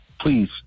Please